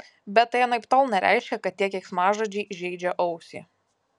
bet tai anaiptol nereiškia kad tie keiksmažodžiai žeidžia ausį